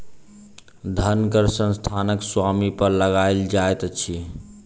धन कर संस्थानक स्वामी पर लगायल जाइत अछि